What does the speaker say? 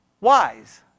wise